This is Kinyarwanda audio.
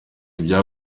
bya